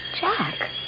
Jack